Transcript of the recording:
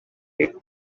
hit